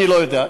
אני לא יודע.